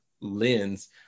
lens